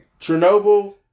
Chernobyl